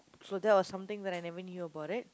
so that was something that I never knew about it